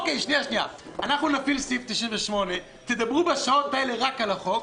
אנחנו נפעיל סעיף 98. תדברו בשעות האלה רק על החוק.